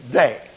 day